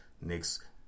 Next